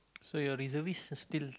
so your reservist is still